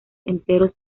enteros